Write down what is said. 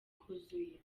kuzuye